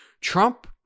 Trump